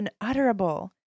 unutterable